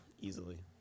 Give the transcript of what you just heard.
Easily